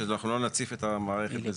שלא נציף את המערכת.